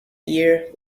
year